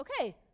okay